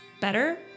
better